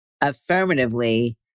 affirmatively